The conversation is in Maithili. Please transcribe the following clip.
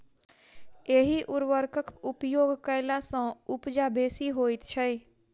एहि उर्वरकक उपयोग कयला सॅ उपजा बेसी होइत छै